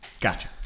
Gotcha